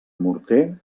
morter